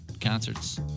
concerts